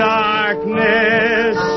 darkness